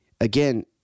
Again